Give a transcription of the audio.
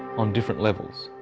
on different levels,